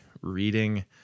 reading